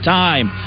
time